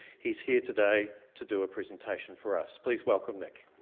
he's here today to do a presentation for us please welcome nick